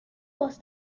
was